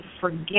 forget